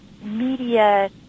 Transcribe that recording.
media